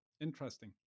interesting